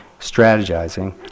strategizing